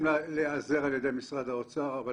מנסים להיעזר על ידי משרד האוצר אבל